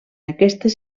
aquestes